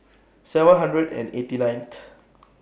seven hundred and eighty nineth